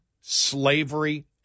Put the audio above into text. slavery